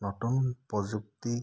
নতুন প্ৰযুক্তি